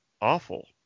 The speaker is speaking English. awful